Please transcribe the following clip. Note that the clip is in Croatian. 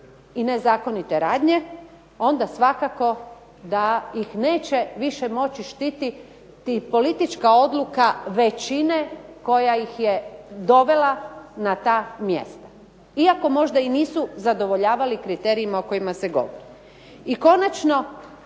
i nezakonite radnje onda svakako da ih neće više moći štititi politička odluka većine koja ih je dovela na ta mjesta iako možda i nisu zadovoljavali kriterijima o kojima se govori. I konačno,